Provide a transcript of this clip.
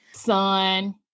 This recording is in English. son